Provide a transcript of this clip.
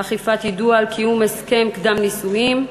אכיפת יידוע על קיום הסכם קדם-נישואין.